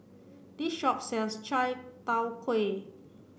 this shop sells Chai Tow Kuay